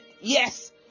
Yes